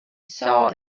saw